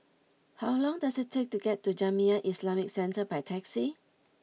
how long does it take to get to Jamiyah Islamic Centre by taxi